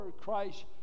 Christ